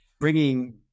bringing